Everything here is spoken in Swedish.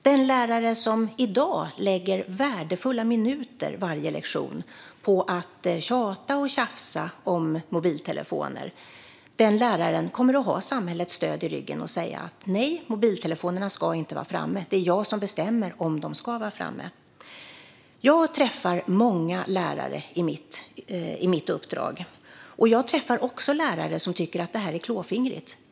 Den lärare som i dag lägger värdefulla minuter av varje lektion på att tjata och tjafsa om mobiltelefoner kommer att ha samhällets stöd för att säga: Nej, mobiltelefonerna ska inte vara framme. Det är jag som bestämmer om de ska vara framme. Jag träffar många lärare i mitt uppdrag. Jag träffar också lärare som tycker att det här är klåfingrigt.